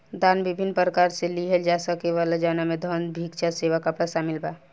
दान विभिन्न प्रकार से लिहल जा सकेला जवना में धन, भिक्षा, सेवा, कपड़ा शामिल बा